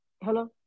Hello